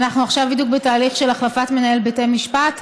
אנחנו עכשיו בדיוק בתהליך של החלפת מנהל בתי משפט,